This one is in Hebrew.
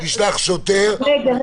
זה